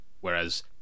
Whereas